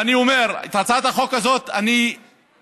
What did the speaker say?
ואני אומר, את הצעת החוק הזאת אני אמשיך